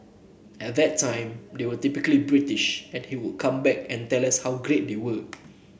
at that time they were typically British and he would come back and tell us how great they were